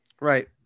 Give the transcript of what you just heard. right